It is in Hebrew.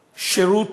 שירות,